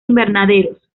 invernaderos